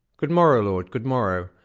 good morrow, lord, good morrow.